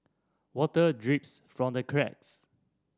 water drips from the cracks